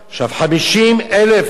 50,000 דירות,